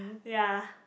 ya